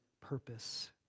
purpose